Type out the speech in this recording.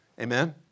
amen